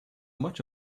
much